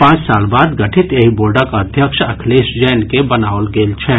पांच साल बाद गठित एहि बोर्डक अध्यक्ष अखिलेश जैन के बनाओल गेल छनि